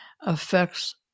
affects